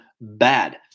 bad